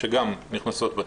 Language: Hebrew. שגם נכנסות בתיק.